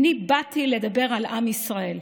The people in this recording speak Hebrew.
אני באתי לדבר על עם ישראל.